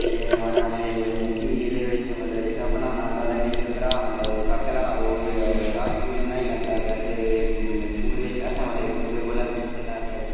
एह् महाराज मिगी एह्दे बिच्च मतलब जेह्का बनाना आंदा ते में पेपर दा मतलब काकला ओह् ऐ ज्हाज जूह्ज बनाई लैंदा ते में स्कूल बिच्च असें मतलब इक दुए सिक्खे दा ते